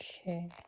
Okay